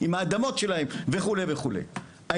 עם האדמות שלהם וכו' וכו'.